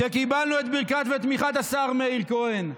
כשקיבלנו את ברכת ותמיכת השר מאיר כהן.